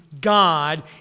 God